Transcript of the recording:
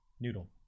Noodle